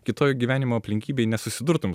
kitoj gyvenimo aplinkybėj nesusidurtum